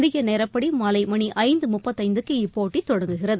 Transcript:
இந்தியநேரப்படிமாலைமணிஐந்துமுப்பதைந்துக்கு இப்போட்டிதொடங்குகிறது